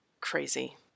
Crazy